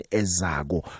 ezago